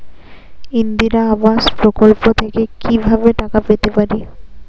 ইন্দিরা আবাস প্রকল্প থেকে কি ভাবে টাকা পেতে পারি?